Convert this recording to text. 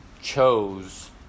chose